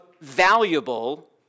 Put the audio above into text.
valuable